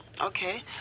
Okay